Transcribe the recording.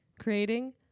creating